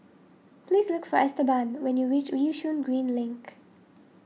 please look for Esteban when you reach Yishun Green Link